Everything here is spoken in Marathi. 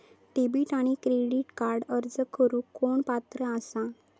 डेबिट आणि क्रेडिट कार्डक अर्ज करुक कोण पात्र आसा?